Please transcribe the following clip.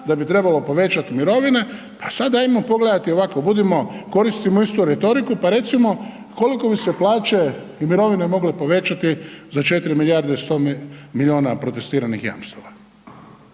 da bi trebalo povećati mirovine, pa sad hajmo pogledati ovako, budimo, koristimo istu retoriku pa recimo koliko bi se plaće i mirovine mogle povećati za 4 milijarde i 100 milijuna protestiranih jamstava?